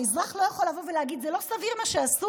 והאזרח לא יכול להגיד שזה לא סביר מה שעשו